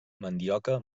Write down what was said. mandioca